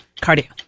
Cardio